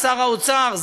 שר האוצר,